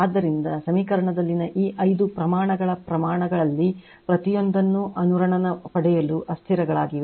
ಆದ್ದರಿಂದ ಸಮೀಕರಣದಲ್ಲಿನ ಈ 5 ಪ್ರಮಾಣಗಳ ಪ್ರಮಾಣಗಳಲ್ಲಿ ಪ್ರತಿಯೊಂದನ್ನು ಅನುರಣನ ಪಡೆಯಲು ಅಸ್ಥಿರಗಳಾಗಿವೆ